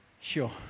Sure